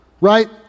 right